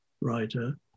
writer